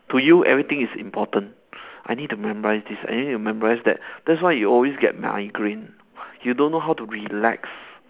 to you everything is important I need to memorise this I need to memorise that that's why you always get migraine you don't know how to relax